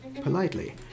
politely